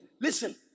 Listen